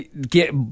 Get